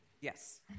Yes